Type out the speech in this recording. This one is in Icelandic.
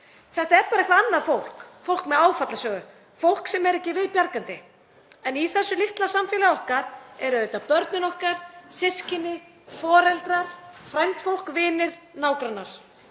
Þetta er bara eitthvert annað fólk, fólk með áfallasögu, fólk sem er ekki viðbjargandi. En í þessu litla samfélagi okkar eru auðvitað börnin okkar, systkini, foreldrar, frændfólk, vinir, nágrannar.